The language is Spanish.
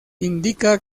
indica